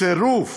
הצירוף